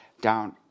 down